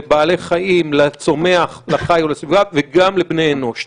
לבעלי חיים, לצומח, לחי ולסוגיו, וגם לבני אנוש.